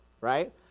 right